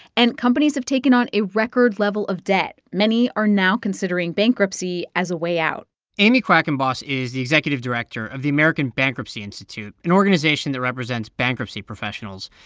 and companies have taken on a record level of debt. many are now considering bankruptcy as a way out amy quackenboss is the executive director of the american bankruptcy institute, an organization that represents bankruptcy professionals.